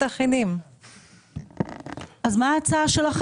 מה הייתה ההצעה שלך?